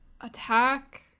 attack